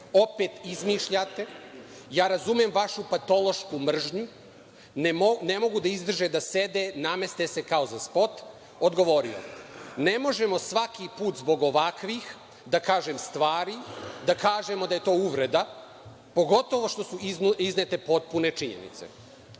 opet izmišljate, ja razumem vašu patološku mržnju, ne mogu da izdrže da sede, nameste se kao za spot, odgovorio – ne možemo svaki put zbog ovakvih, da kažem, stvari, da kažemo da je to uvreda, pogotovo što su iznete potpune činjenice. Reči